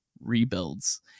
rebuilds